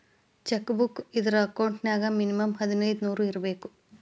check book ಇದ್ರ account ನ್ಯಾಗ minimum ಹದಿನೈದ್ ನೂರ್ ಇರ್ಬೇಕು